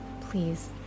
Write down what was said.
please